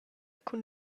cun